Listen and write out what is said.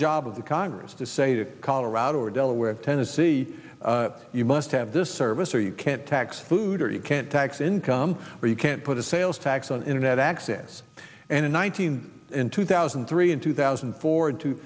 job of the congress to say to colorado or delaware tennessee you must have this service or you can't tax food or you can't tax income or you can't put a sales tax on internet access and in one thousand in two thousand and three in two thousand and four and two